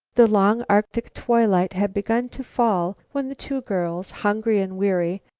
the long arctic twilight had begun to fall when the two girls, hungry and weary,